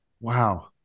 Wow